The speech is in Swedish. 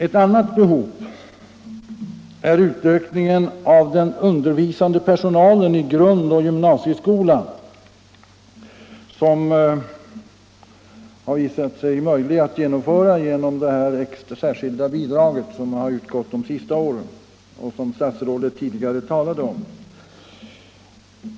Ett annat behov är utökningen av den undervisande personalen i grundoch gymnasieskolan, som har visat sig möjlig att genomföra tack vare det särskilda bidraget som har utgått de senaste åren och som statsrådet tidigare talade om.